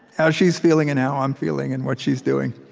how she's feeling and how i'm feeling and what she's doing.